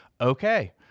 okay